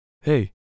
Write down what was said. Hey